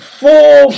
full